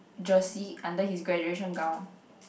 jersey under his graduation gown